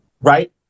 right